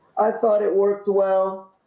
i thought it worked well,